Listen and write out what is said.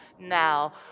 Now